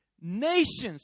Nations